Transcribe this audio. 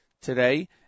today